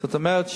זאת אומרת,